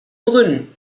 brünn